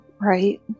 right